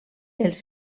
els